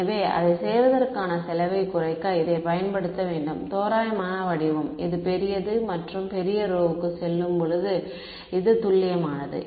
எனவே அதைச் செய்வதற்கான செலவைக் குறைக்க இதைப் பயன்படுத்த வேண்டும் தோராயமான வடிவம் இது பெரியது மற்றும் பெரிய ரோவுக்குச் செல்லும்போது இது துல்லியமானது